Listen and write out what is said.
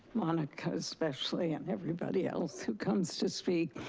monica especially, and everybody else who comes to speak.